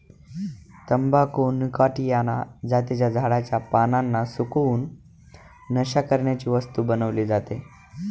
तंबाखू निकॉटीयाना जातीच्या झाडाच्या पानांना सुकवून, नशा करण्याची वस्तू बनवली जाते